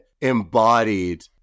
embodied